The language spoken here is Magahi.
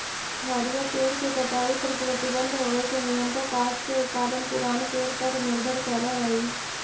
हरिअर पेड़ के कटाई पर प्रतिबन्ध होवे से नियमतः काष्ठ के उत्पादन पुरान पेड़ पर निर्भर करऽ हई